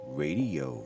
radio